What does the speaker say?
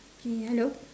K hello